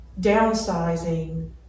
downsizing